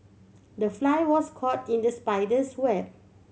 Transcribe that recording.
the fly was caught in the spider's web